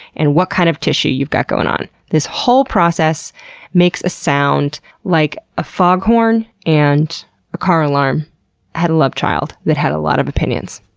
and what kind of tissue you've got going on. this whole process makes a sound like a foghorn and a car alarm had a lovechild that had a lot of opinions.